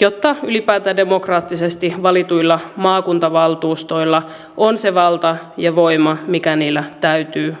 jotta ylipäätään demokraattisesti valituilla maakuntavaltuustoilla on se valta ja voima mikä niillä täytyy